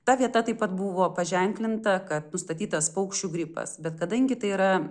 ta vieta taip pat buvo paženklinta kad nustatytas paukščių gripas bet kadangi tai yra